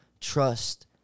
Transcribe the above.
Trust